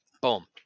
boom